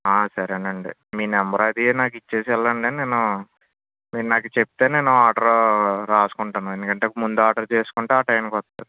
సరేనండి మీ నెంబర్ అది నాకు ఇచ్చేసి వెళ్ళండి నేను మీరు నాకు చెప్తే నేను ఆర్డరు రాసుకుంటాను ఎందుకంటే ముందే ఆర్డర్ చేసుకుంటే ఆ టైమ్కి వస్తుంది